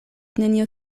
neniu